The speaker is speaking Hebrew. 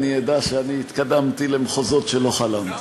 אני אדע שאני התקדמתי למחוזות שלא חלמתי.